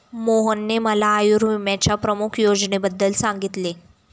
मोहनने मला आयुर्विम्याच्या प्रमुख योजनेबद्दल सांगितले